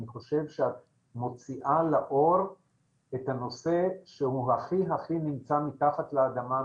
אני חושב שאת מוציאה לאור את הנושא שהוא הכי נמצא מתחת לאדמה,